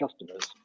customers